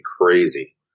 crazy